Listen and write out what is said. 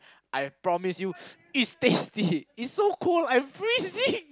I promise you it's tasty it's so cold I'm freezing